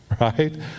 Right